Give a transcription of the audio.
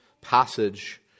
passage